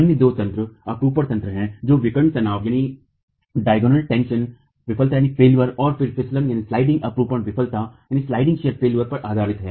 अन्य दो तंत्र अपरूपण तंत्र हैं जो विकर्ण तनाव विफलता और फिर फिसलन अपरूपण विफलता पर आधारित हैं